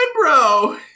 bro